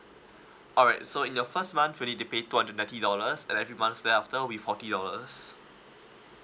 alright so in your first month you'll need to pay two hundred ninety dollars and every month thereafter will be forty dollars